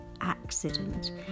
Accident